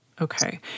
Okay